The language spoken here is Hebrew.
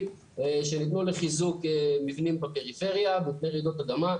שניתנו לחיזוק מבנים בפריפריה מפני רעידות אדמה.